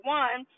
one